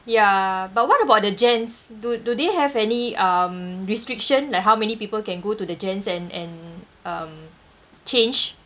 ya but what about the gents do do they have any um restriction like how many people can go to the gents and and um change